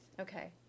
Okay